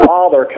Father